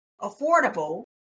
affordable